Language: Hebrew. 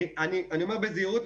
אני אומר בזהירות,